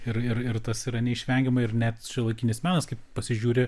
ir ir tas yra neišvengiama ir net šiuolaikinis menas kai pasižiūri